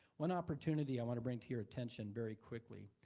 one opportunity i wanna bring to your attention very quickly.